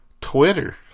Twitter